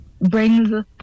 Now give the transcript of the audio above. brings